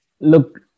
Look